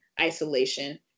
isolation